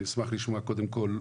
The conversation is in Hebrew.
אני אשמח לשמוע קודם כל,